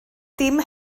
dim